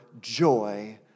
joy